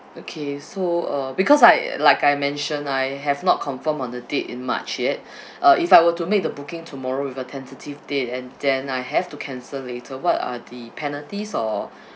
okay so uh because I like I mentioned I have not confirmed on the date in march yet uh if I were to make the booking tomorrow with a tentative date and then I have to cancel later what are the penalties or